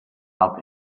altra